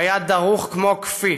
הוא היה דרוך כמו קפיץ.